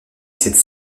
cette